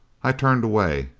i turned away.